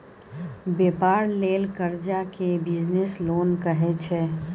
बेपार लेल करजा केँ बिजनेस लोन कहै छै